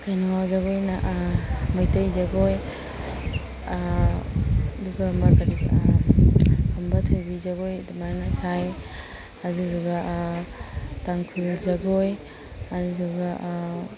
ꯀꯩꯅꯣ ꯖꯒꯣꯏꯅ ꯃꯩꯇꯩ ꯖꯒꯣꯏ ꯑꯗꯨꯒ ꯑꯃ ꯀꯔꯤꯑꯕ ꯈꯝꯕ ꯊꯣꯏꯕꯤ ꯖꯒꯣꯏ ꯑꯗꯨꯃꯥꯏꯅ ꯁꯥꯏ ꯑꯗꯨꯗꯨꯒ ꯇꯥꯡꯈꯨꯜ ꯖꯒꯣꯏ ꯑꯗꯨꯗꯨꯒ